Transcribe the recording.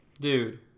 Dude